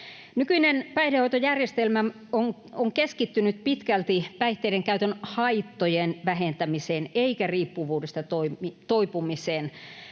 Nykyinen päihdehoitojärjestelmä on keskittynyt pitkälti päihteiden käytön haittojen vähentämiseen eikä riippuvuudesta toipumiseen.